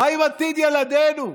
מה עם עתיד ילדינו?